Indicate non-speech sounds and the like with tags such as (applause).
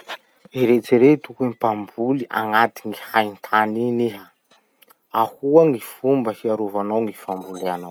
Eritsereto hoe mpamboly agnatin'ny haintany iny iha. Ahoa gny fomba hiarovanao gny (noise) famboleanao?